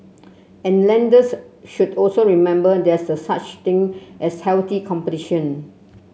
and lenders should also remember there is a such thing as healthy competition